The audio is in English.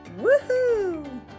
Woohoo